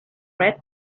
red